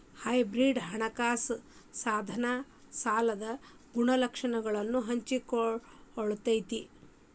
hybrid ಹಣಕಾಸ ಸಾಧನ ಸಾಲದ ಗುಣಲಕ್ಷಣಗಳನ್ನ ಹಂಚಿಕೊಳ್ಳತೈತಿ